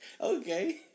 Okay